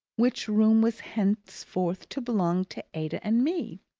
which room was henceforth to belong to ada and me.